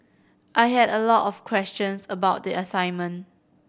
I had a lot of questions about the assignment